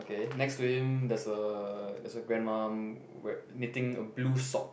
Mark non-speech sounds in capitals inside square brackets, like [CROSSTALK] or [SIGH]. okay next to him there's a there's a grandma [NOISE] knitting a blue sock